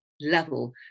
level